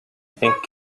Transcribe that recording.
think